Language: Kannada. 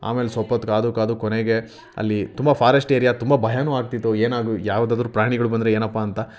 ಆಮೇಲೆ ಸ್ವಲ್ಪ ಹೊತ್ತು ಕಾದೂ ಕಾದೂ ಕೊನೆಗೆ ಅಲ್ಲಿ ತುಂಬ ಫಾರೆಸ್ಟ್ ಏರಿಯ ತುಂಬ ಭಯನೂ ಆಗ್ತಿತ್ತು ಏನಾದ್ರೂ ಯಾವುದಾದ್ರೂ ಪ್ರಾಣಿಗಳು ಬಂದರೆ ಏನಪ್ಪ ಅಂತ